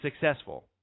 successful